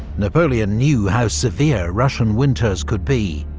napoleon knew how severe russian winters could be,